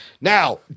Now